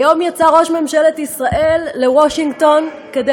היום יצא ראש ממשלת ישראל לוושינגטון כדי